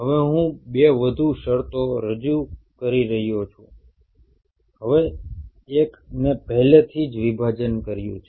હવે હું બે વધુ શરતો રજૂ કરી રહ્યો છું હવે એક મેં પહેલેથી જ વિભાજન રજૂ કર્યું છે